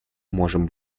можем